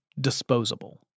disposable